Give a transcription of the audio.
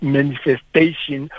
Manifestation